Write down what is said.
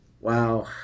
Wow